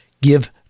Give